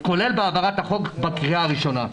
כולל בהעברת החוק בקריאה הראשונה.